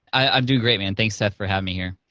i'm doing great, man. thanks, seth, for having me here.